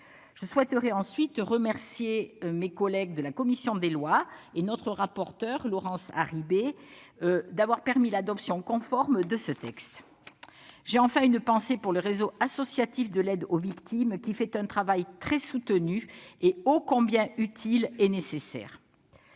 Je souhaite ensuite remercier mes collègues de la commission des lois et notre rapporteure, Laurence Harribey, d'avoir permis l'adoption conforme de ce texte. J'ai enfin une pensée pour le réseau associatif de l'aide aux victimes, qui effectue un travail très soutenu et ô combien utile et nécessaire.